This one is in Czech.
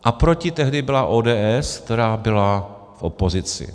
A proti tehdy byla ODS, která byla v opozici.